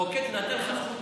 המחוקק נתן לך זכות